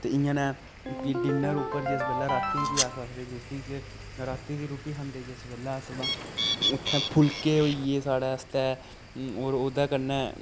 ते 'इयै नेह् फ्ही डिनर उप्पर जिस बेल्लै रातीं रातीं दी रुट्टी आखदे जिसी अस रातीं रुट्टी खंदे जिस बेल्लै चां उत्थै फुलके होई गे साढ़े आस्तै होर ओह्दै कन्नै